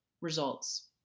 results